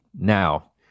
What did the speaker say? Now